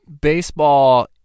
baseball